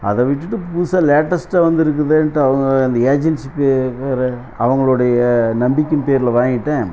அதை விட்டுவிட்டு புதுசாக லேட்டஸ்ட்டாக வந்துருக்குதேன்ட்டு அவங்க அந்த ஏஜென்சிக்கு அவங்களுடைய நம்பிக்கையின் பேரில் வாங்கிவிட்டேன்